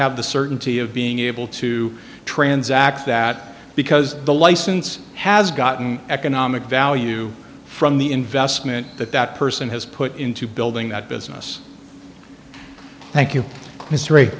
have the certainty of being able to transact that because the license has gotten economic value from the investment that that person has put into building that business thank you history